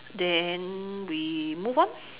then we move on